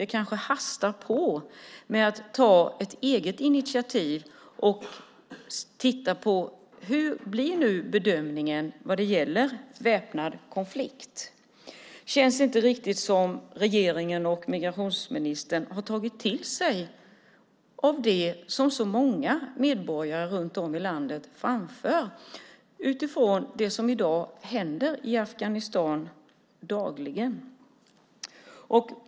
Det hastar kanske att ta ett eget initiativ och titta på hur bedömning blir när det gäller väpnad konflikt. Det känns inte riktigt som om regeringen och migrationsministern har tagit till sig det som så många medborgare runt om i landet framför om det som dagligen händer i Afghanistan.